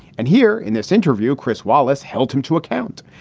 and here in this interview, chris wallace held him to account.